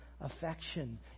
affection